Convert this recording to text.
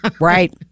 Right